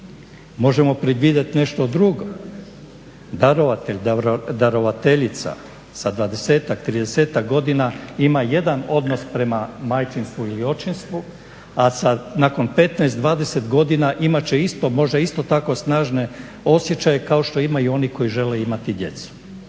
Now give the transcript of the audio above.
Možemo predvidjet nešto drugo, darovatelj darovateljica sa 20-tak, 30-tak godina ima jedan odnos prema majčinstvu ili očinstvu, a nakon 15, 20 godina imat će isto možda isto tako snažne osjećaje kao što imaju oni koji žele imati djecu.